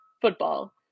football